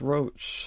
Roach